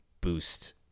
boost